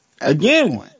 again